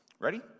Ready